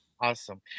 Awesome